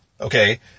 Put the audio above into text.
Okay